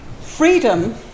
freedom